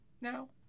now